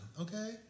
Okay